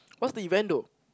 what's the event though